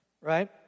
Right